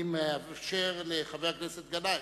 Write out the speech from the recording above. אני מאפשר לחבר הכנסת גנאים,